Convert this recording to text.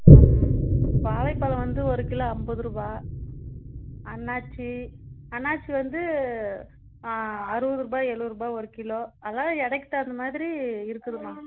ம் வாழைப்பழம் வந்து ஒரு கிலோ ஐம்பது ரூபா அன்னாசி அன்னாசி வந்து அறுபது ரூபா எழுவது ரூபா ஒரு கிலோ அதாவது எடைக்கு தகுந்தமாதிரி இருக்குதும்மா